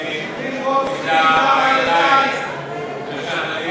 אכזרים, אכזרים,